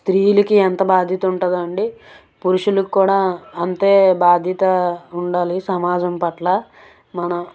స్త్రీలుకి ఎంత బాధ్యత ఉంటదండి పురుషులకు కూడా అంతే బాధ్యత ఉండాలి సమాజం పట్ల మన